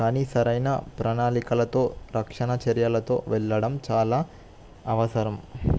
కానీ సరైన ప్రణాళికలతో రక్షణ చర్యలతో వెళ్ళడం చాలా అవసరం